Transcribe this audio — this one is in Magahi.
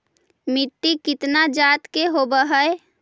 मिट्टी कितना जात के होब हय?